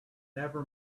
never